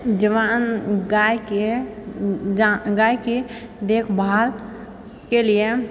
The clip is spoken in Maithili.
जवान गायके देखभालके लिए